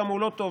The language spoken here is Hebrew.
כמה הוא לא טוב,